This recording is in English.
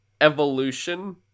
evolution